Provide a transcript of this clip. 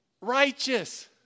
righteous